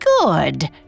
good